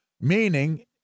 meaning